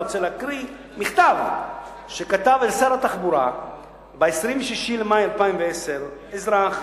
רוצה להקריא מכתב שכתב אל שר התחבורה ב-26 במאי 2010 אזרח